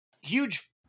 huge